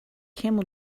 camel